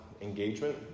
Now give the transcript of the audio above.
engagement